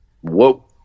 Whoa